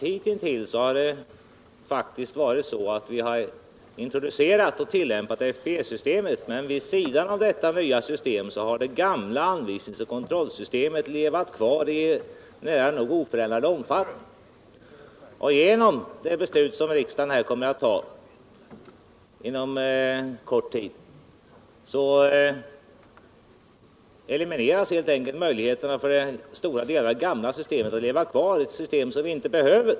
Hittills har det faktiskt varit så att vi introducerat och tillämpat FPE systemet, men vid sidan av detta nya system har det gamla anvisningsoch kontrollsystemet levat kvar i nära nog oförändrad omfattning. Genom det beslut som riksdagen kommer att ta om en kort stund elimineras helt enkelt möjligheterna för stora delar av det gamla systemet att leva kvar, ett system som vi inte behöver.